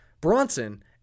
Bronson